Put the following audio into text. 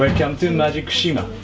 welcome to magic shima.